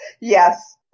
Yes